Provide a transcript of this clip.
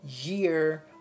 year